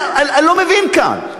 אני לא מבין כאן.